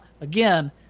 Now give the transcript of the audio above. again